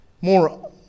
more